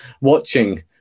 watching